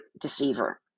deceiver